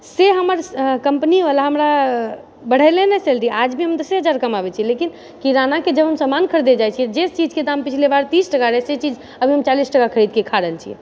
से हमर कंपनी वाला हमरा बढ़ेले नहि सैलरी आज भी हम दशे हजार कमाबै छियै लेकिन किरानाके जब हम समान खरीदऽ जायइ छियै जे चीजके दाम पिछले बार तीस टाका रहै से चीज आब हम चालीस टाका खरीदके खा रहल छियै